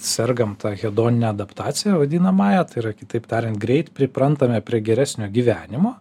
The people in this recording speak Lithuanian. sergam ta hedonine adaptacija vadinamąja tai yra kitaip tariant greit priprantame prie geresnio gyvenimo